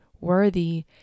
worthy